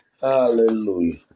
Hallelujah